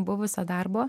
buvusio darbo